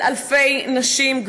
אלפי נשים,